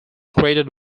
created